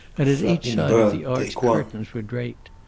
and at each side of the arch curtains were draped.